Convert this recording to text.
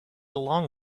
along